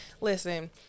Listen